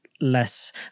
less